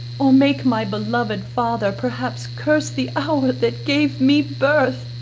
or make my beloved father perhaps curse the hour that gave me birth.